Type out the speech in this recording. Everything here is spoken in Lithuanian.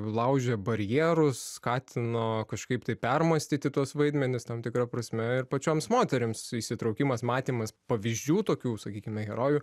laužė barjerus skatino kažkaip tai permąstyti tuos vaidmenis tam tikra prasme ir pačioms moterims įsitraukimas matymas pavyzdžių tokių sakykime herojų